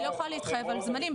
אני לא יכולה להתחייב על זמנים,